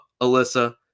Alyssa